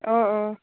অঁ অঁ